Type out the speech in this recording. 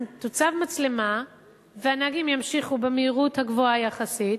אם תוצב מצלמה והנהגים ימשיכו במהירות הגבוהה יחסית,